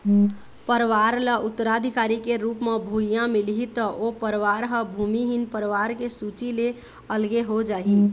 परवार ल उत्तराधिकारी के रुप म भुइयाँ मिलही त ओ परवार ह भूमिहीन परवार के सूची ले अलगे हो जाही